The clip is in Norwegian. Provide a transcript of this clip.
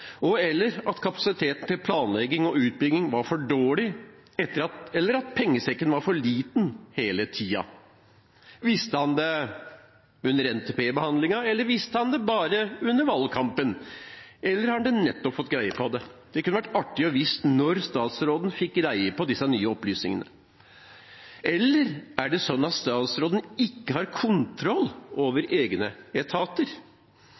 – eller at pengesekken var for liten hele tiden? Visste han det under NTP-behandlingen, eller visste han det bare under valgkampen? Eller har han nettopp fått greie på det? Det kunne vært artig å få vite når statsråden fikk disse nye opplysningene. Eller har ikke statsråden kontroll over egne etater?